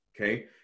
okay